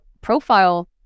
profile